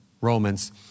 Romans